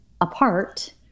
apart